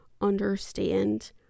understand